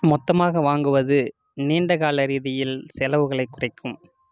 மொத்தமாக வாங்குவது நீண்டகால ரீதியில் செலவுகளைக் குறைக்கும்